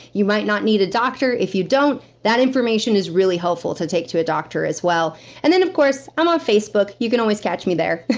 you might not need a doctor. if you don't that information is really helpful to take to a doctor as well and of course, i'm on facebook. you can always catch me there